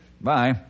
Bye